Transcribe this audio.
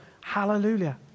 Hallelujah